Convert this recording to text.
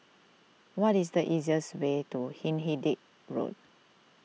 what is the easiest way to Hindhede Road